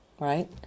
right